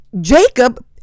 Jacob